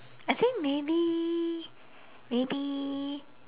I think maybe maybe